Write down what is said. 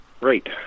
Right